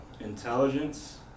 intelligence